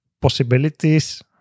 possibilities